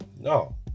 No